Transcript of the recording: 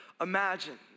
imagine